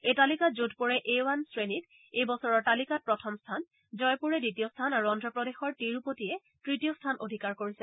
এই তালিকাত যোধপূৰে এ ৱান শ্ৰেণীত এই বছৰৰ তালিকাত প্ৰথম স্থান জয়পুৰে দ্বিতীয় আৰু অন্ধ্ৰপ্ৰদেশৰ তিৰুপতিয়ে তৃতীয় স্থান অধিকাৰ কৰিছে